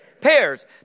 Pairs